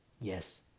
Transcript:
Yes